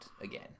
again